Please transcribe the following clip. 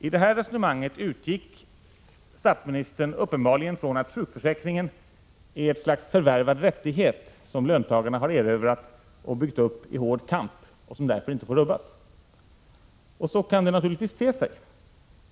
I det här resonemanget utgick statsministern uppenbarligen från att sjukförsäkringen är ett slags förvärvad rättighet, som löntagarna har erövrat och byggt upp i hård kamp och som därför inte får rubbas. Så kan det naturligtvis te sig.